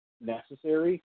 necessary